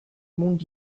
monde